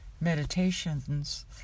meditations